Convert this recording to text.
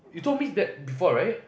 you told me that before right